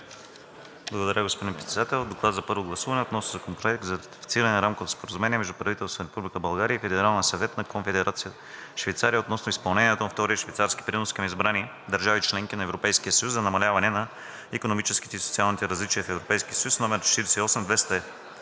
Благодаря, господин Председател. „ДОКЛАД за първо гласуване относно Законопроект за ратифициране на Рамковото споразумение между правителството на Република България и Федералния съвет на Конфедерация Швейцария относно изпълнението на Втория швейцарски принос към избрани държави – членки на Европейския съюз, за намаляване на икономическите и социалните различия в Европейския съюз, № 48-202-02-5,